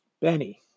Benny